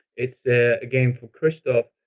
it's again for christoph.